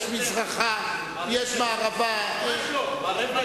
יש מזרחה, יש מערבה, ממש לא.